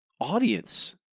audience